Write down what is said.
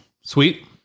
sweet